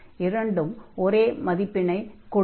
இரண்டும் ஒரே மதிப்பினைக் கொடுக்கும்